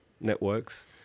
networks